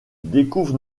découvre